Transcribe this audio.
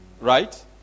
right